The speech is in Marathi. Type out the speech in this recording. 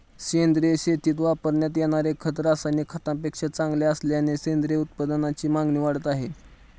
सेंद्रिय शेतीत वापरण्यात येणारे खत रासायनिक खतांपेक्षा चांगले असल्याने सेंद्रिय उत्पादनांची मागणी वाढली आहे